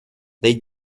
they